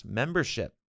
membership